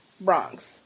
Bronx